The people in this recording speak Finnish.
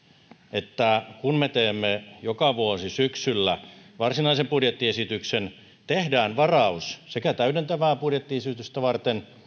että kun me teemme joka vuosi syksyllä varsinaisen budjettiesityksen tehdään varaus sekä täydentävää budjettiesitystä varten